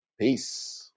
Peace